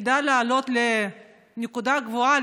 כדאי לעלות לנקודה גבוהה,